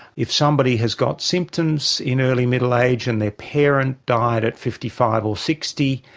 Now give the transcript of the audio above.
if somebody has got symptoms in early middle age and their parent died at fifty five or sixty,